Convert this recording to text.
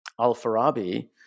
Al-Farabi